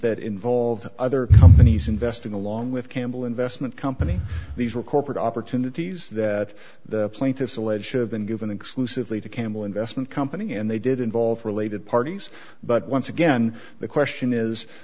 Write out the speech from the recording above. that involve other companies investing along with campbell investment company these were corporate opportunities that the plaintiffs allege should have been given exclusively to campbell investment company and they did involve related parties but once again the question is